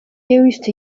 used